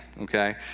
okay